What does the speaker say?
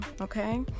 okay